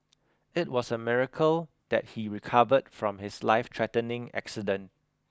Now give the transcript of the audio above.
it was a miracle that he recovered from his lifethreatening accident